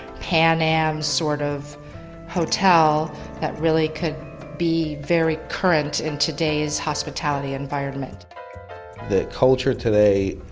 panam sort of hotel that really could be very current in today's hospitality environment the culture today,